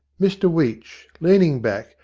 mr weech, leaning back,